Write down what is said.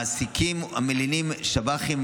מעסיקים המלינים שב"חים,